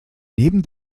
neben